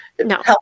no